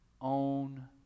own